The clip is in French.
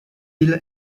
île